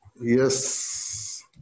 Yes